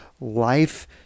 life